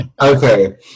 Okay